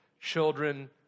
children